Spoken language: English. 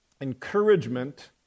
encouragement